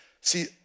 See